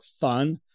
fun